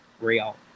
real